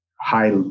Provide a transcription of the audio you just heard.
high